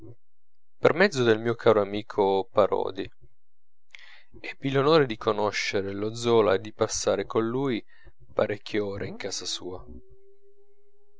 per mezzo del mio caro amico parodi ebbi l'onore di conoscere lo zola e di passar con lui parecchie ore in casa sua